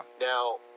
Now